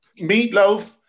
meatloaf